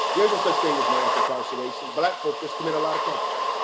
there's no such thing as mass incarceration, black folks just commit a lot of crimes.